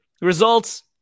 results